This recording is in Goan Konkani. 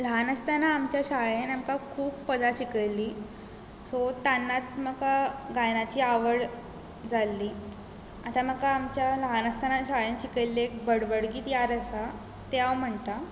ल्हान आसतना आमच्या शाळेंत आमकां खूब पदां शिकयिल्ली सो तान्नाच म्हाका गायनाची आवड जाल्ली आतां म्हाका आमच्या ल्हान आसतना शाळेंत शिकयल्लें बडबड गीत याद आसा तें हांव म्हणटां